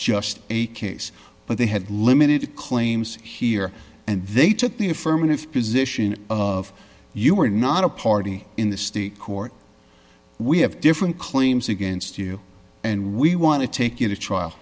just a case but they had limited claims here and they took the affirmative position of you are not a party in the state court we have different claims against you and we want to take you to trial